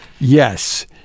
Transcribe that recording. Yes